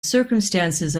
circumstances